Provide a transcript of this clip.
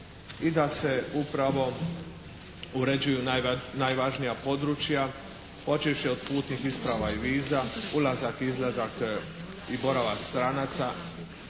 i da se upravo uređuju najvažnija područja počevši od putnih isprava i viza, ulazak, izlazak i boravak stranaca.